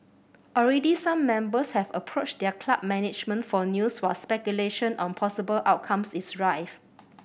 already some members have approached their club management for news while speculation on possible outcomes is rife